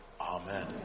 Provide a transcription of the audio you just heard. Amen